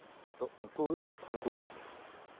ᱛᱚ ᱩᱱᱠᱩ ᱜᱮ ᱚᱸᱰᱮ ᱠᱷᱚᱱ ᱠᱚ